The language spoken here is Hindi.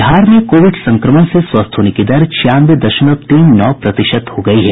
बिहार में कोविड संक्रमण से स्वस्थ होने दर छियानवे दशमलव तीन नौ प्रतिशत हो गई है